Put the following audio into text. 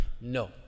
no